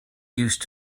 used